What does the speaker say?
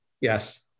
Yes